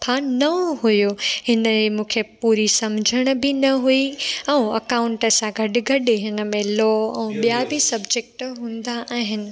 सफ़ा नओं हुओ हिन ई मूंखे पूरी सम्झण बि न हुई ऐं अकाउंट सां गॾु गॾु हिन में लॉ ऐं ॿिया बि सबजैक्ट हूंदा आहिनि